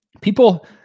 People